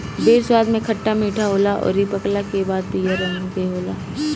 बेर स्वाद में खट्टा मीठा होला अउरी पकला के बाद पियर रंग के होला